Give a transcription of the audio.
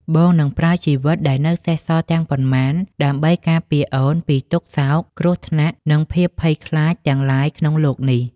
បងនឹងប្រើជីវិតដែលនៅសេសសល់ទាំងប៉ុន្មាន ដើម្បីការពារអូនពីទុក្ខសោក គ្រោះថ្នាក់ និងភាពភ័យខ្លាចទាំងឡាយក្នុងលោកនេះ។